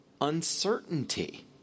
uncertainty